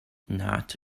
not